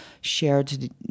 shared